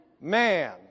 man